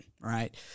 right